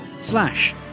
slash